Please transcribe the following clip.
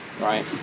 right